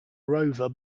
rover